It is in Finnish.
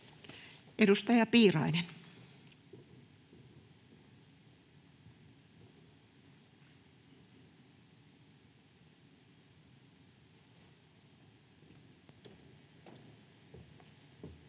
Edustaja Piirainen. [Speech